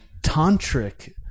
tantric